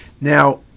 Now